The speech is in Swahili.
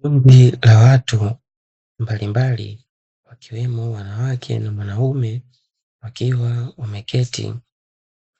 Kundi la watu mbalimbali wakiwemo wanawake na wanaume, wakiwa wameketi,